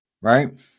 right